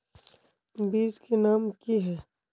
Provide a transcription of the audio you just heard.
बीज के नाम की है?